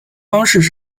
方式